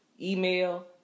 email